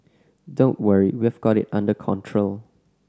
don't worry we've got it under control